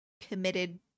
committed